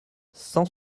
cent